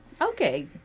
Okay